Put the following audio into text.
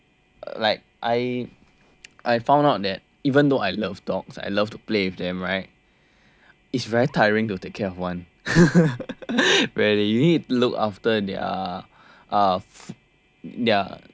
like I found out that even though I love dogs I love to play with them right it's very tiring to take care of one where you need to look after their uh ya